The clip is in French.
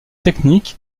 technique